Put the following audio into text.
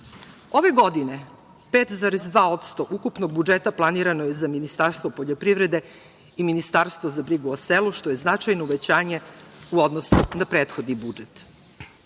godine 5,2% ukupnog budžeta planirano je za Ministarstvo poljoprivrede i Ministarstvo za brigu o selu, što je značajno uvećanje za prethodni budžet. Ono